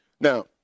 Now